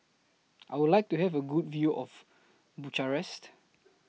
I Would like to Have A Good View of Bucharest